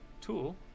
tool